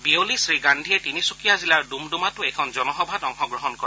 বিয়লি শ্ৰী গান্ধীয়ে তিনিচুকীয়া জিলাৰ ড়মড়ুমাতো এখন জনসভাত অংশগ্ৰহণ কৰে